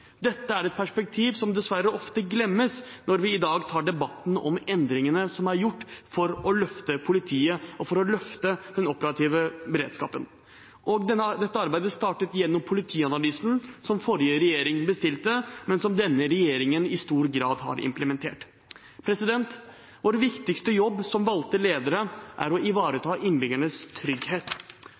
Dette er et perspektiv som dessverre ofte glemmes når vi i dag tar debatten om endringene som er gjort for å løfte politiet og løfte den operative beredskapen. Dette arbeidet startet gjennom Politianalysen, som forrige regjeringen bestilte, men som denne regjeringen i stor grad har implementert. Vår viktigste jobb som valgte ledere er å ivareta innbyggernes trygghet.